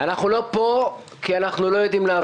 פה כי אנחנו לא יודעים לעבוד.